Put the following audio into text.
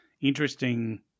interesting